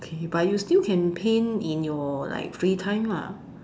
okay but you still can paint in your like free time lah